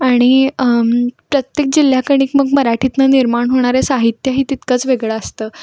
आणि प्रत्येक जिल्ह्यागणीक मग मराठीतून निर्माण होणारे साहित्यही तितकंच वेगळं असतं